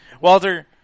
Walter